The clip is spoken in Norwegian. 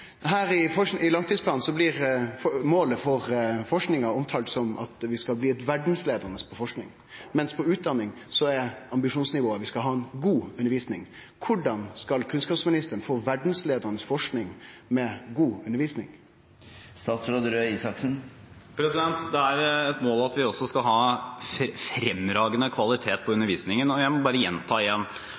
langtidsplanen blir målet for forskinga omtalt som at vi skal bli verdsleiande på forsking, mens på utdanning er ambisjonsnivået vi skal ha, god undervising. Korleis skal kunnskapsministeren få verdsleiande forsking med god undervising? Det er et mål at vi også skal ha «fremragende» kvalitet på undervisningen. Jeg må bare gjenta igjen: